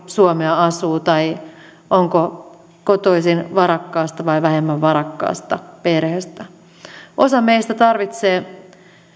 suomea asuu tai onko kotoisin varakkaasta vai vähemmän varakkaasta perheestä osa meistä tarvitsee